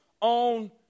on